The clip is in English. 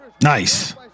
Nice